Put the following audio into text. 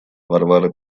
варвара